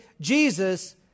Jesus